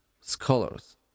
scholars